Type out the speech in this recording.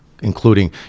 Including